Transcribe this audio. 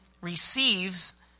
receives